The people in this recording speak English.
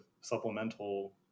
supplemental